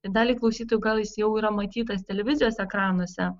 daliai klausytojų gal jis jau yra matytas televizijos ekranuose